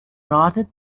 rather